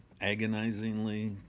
agonizingly